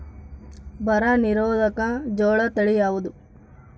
ಬರ ನಿರೋಧಕ ಜೋಳ ತಳಿ ಯಾವುದು?